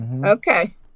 okay